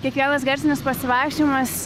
kiekvienas garsinis pasivaikščiojimas